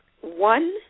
one